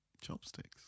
Chopsticks